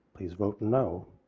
please vote no.